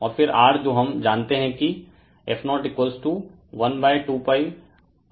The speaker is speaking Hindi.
और फिर R जो हम जानते हैं कि f012π √LC हैं